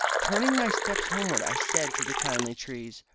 turning my steps homeward i said to the kindly trees,